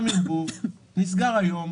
שייתכן ומתחם ערבוב נסגר היום,